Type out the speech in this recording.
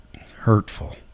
hurtful